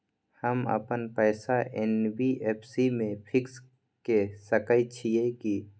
हम अपन पैसा एन.बी.एफ.सी म फिक्स के सके छियै की?